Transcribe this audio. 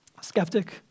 Skeptic